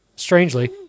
Strangely